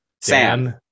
Sam